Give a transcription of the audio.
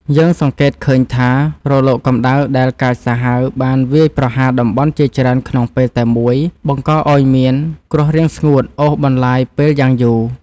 យើងសង្កេតឃើញថា រលកកម្ដៅដែលកាចសាហាវបានវាយប្រហារតំបន់ជាច្រើនក្នុងពេលតែមួយ បង្កឱ្យមានគ្រោះរាំងស្ងួតអូសបន្លាយពេលយ៉ាងយូរ។